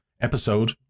episode